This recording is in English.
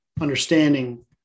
understanding